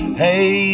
hey